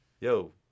yo